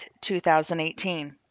2018